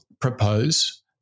propose